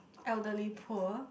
elderly poor